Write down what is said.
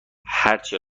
هرچه